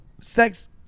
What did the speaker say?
sex